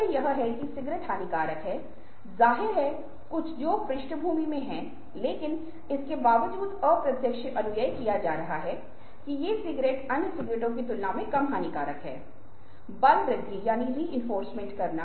तो यह भीतर अगर आपके मन के अनुसार ढाला जाता है तो यह आपके व्यवहार में या आपकी गतिविधियों में भी परिलक्षित होगा